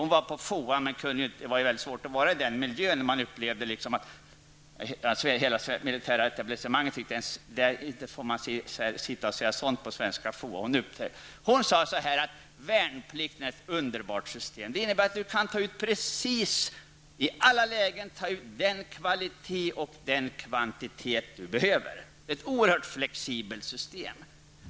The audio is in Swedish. Hon var på FOA men hade mycket svårt att vistas i den miljön -- hon upplevde att hela det svenska etablissemanget tyckte att man inte fick framföra sådana uppfattningar som hon gjorde från svenska FOA. Hon sade att värnplikten är ett underbart system. Det innebär att man i alla lägen kan ta ut precis den kvantitet och den kvalitet man behöver. Det är ett oerhört flexibelt system.